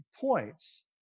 points